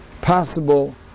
possible